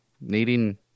needing